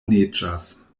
neĝas